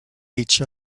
each